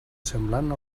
semblant